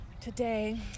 today